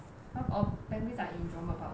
penguins like in jurong bird park also ah